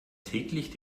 täglich